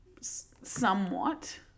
somewhat